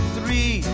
Three